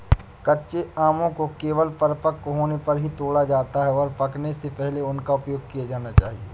कच्चे आमों को केवल परिपक्व होने पर ही तोड़ा जाता है, और पकने से पहले उनका उपयोग किया जाना चाहिए